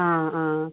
ആ ആ